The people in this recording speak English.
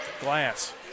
Glass